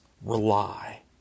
Rely